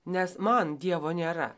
nes man dievo nėra